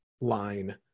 line